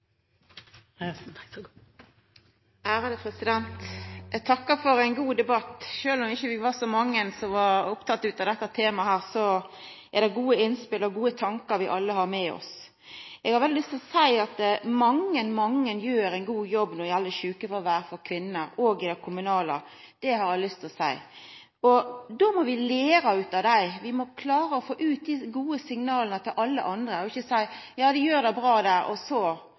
det gode innspel og gode tankar vi alle har med oss. Eg har veldig lyst til å seia at mange, mange gjer ein god jobb når det gjeld sjukefråver for kvinner, òg i det kommunale. Det har eg lyst til å seia. Då må vi læra av dei – vi må klara å få ut dei gode signala til alle andre og ikkje seia: Ja, dei gjer det bra der, og så